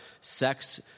sex